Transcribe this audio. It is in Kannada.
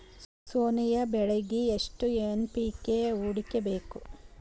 ಸೊಯಾ ಬೆಳಿಗಿ ಎಷ್ಟು ಎನ್.ಪಿ.ಕೆ ಹೊಡಿಬೇಕು?